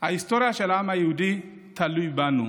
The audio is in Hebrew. ההיסטוריה של העם היהודי תלויה בנו,